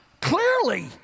clearly